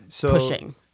pushing